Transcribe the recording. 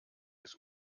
des